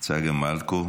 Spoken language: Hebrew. צגה מלקו,